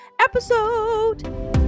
episode